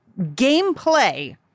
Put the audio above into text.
gameplay